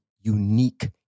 unique